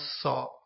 saw